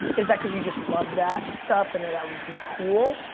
is that cause you just love that stuff and that that would be cool?